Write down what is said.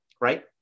Right